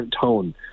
tone